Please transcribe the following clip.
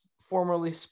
formerly